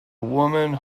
woman